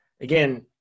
again